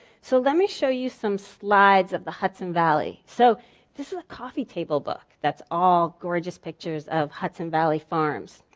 so let me show you some slides of the hudson valley. so this is a coffee table book that's all gorgeous pictures of hudson valley farms.